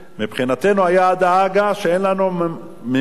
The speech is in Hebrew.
מבחינתנו היתה דאגה שאין לנו מימון